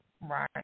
Right